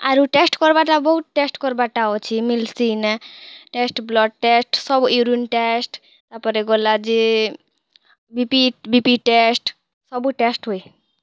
ଆରୁ ଟେଷ୍ଟ୍ କର୍ବାଟା ବୋହୁତ୍ ଟେଷ୍ଟ୍ କର୍ବାର୍ଟା ଅଛେ ମିଲ୍ସି ଇନେ ଟେଷ୍ଟ୍ ବ୍ଲଡ଼୍ ଟେଷ୍ଟ୍ ସବୁ ୟୁରିନ୍ ଟେଷ୍ଟ୍ ତାପରେ ଗଲା ଜେ B P B P test ସବୁ ଟେଷ୍ଟ୍ ହୁଏ